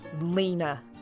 Lena